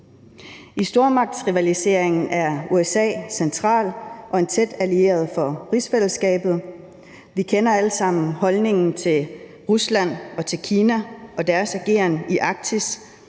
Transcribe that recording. I stormagtsrivaliseringen er USA central og er en tæt allieret for rigsfællesskabet. Vi kender alle sammen holdningen til Rusland og Kina og til deres ageren i Arktis.